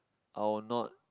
I'll not